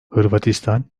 hırvatistan